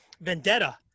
vendetta